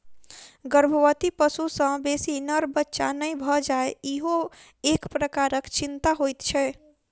गर्भवती पशु सॅ बेसी नर बच्चा नै भ जाय ईहो एक प्रकारक चिंता होइत छै